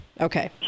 Okay